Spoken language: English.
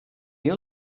you